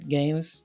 games